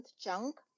chunk